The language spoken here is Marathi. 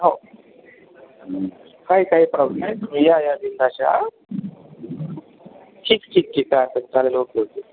हो काही काही प्रॉब्लेम नाही या या बिनधास्त या ठीक ठीक ठीक काही हरकत चालेल ओके ओके